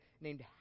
named